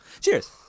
Cheers